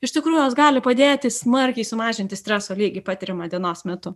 iš tikrųjų jos gali padėti smarkiai sumažinti streso lygį patiriamą dienos metu